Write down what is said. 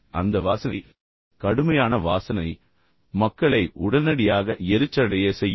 எனவே அந்த வாசனை கடுமையான வாசனை எனவே மக்கள் உடனடியாக எரிச்சலடைய செய்யும்